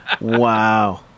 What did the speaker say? Wow